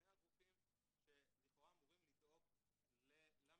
שני הגופים שלכאורה אמורים לדאוג למבוטחים,